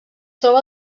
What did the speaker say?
troba